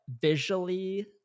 visually